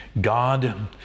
God